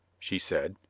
she said,